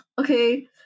okay